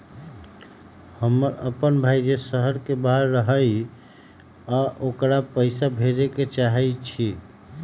हमर अपन भाई जे शहर के बाहर रहई अ ओकरा पइसा भेजे के चाहई छी